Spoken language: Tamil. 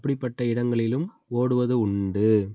அப்படிப்பட்ட இடங்களிலும் ஓடுவது உண்டு